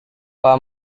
pak